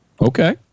Okay